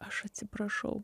aš atsiprašau